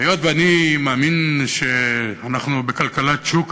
היות שאני מאמין שאנחנו בכלכלת שוק,